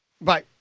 Bye